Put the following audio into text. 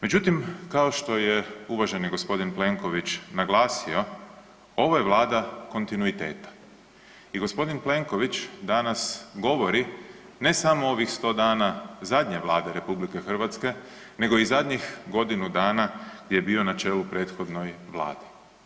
Međutim, kao što je uvaženi g. Plenković naglasio, ovo je vlada kontinuiteta i g. Plenković danas govori ne samo ovih 100 dana zadnje Vlade RH nego i zadnjih godinu dana gdje je bio na čelu prethodnoj vladi.